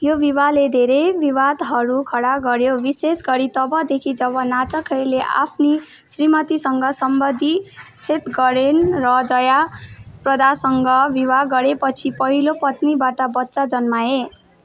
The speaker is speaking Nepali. यो विवाहले धेरै विवादहरू खडा गऱ्यो विशेष गरी तबदेखि जब नाहटकहरले आफ्नी श्रीमतीसँग सम्बन्धविच्छेद गरेन र जया प्रदासँग विवाह गरेपछि पहिलो पत्नीबाट बच्चा जन्माए